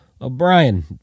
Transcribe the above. O'Brien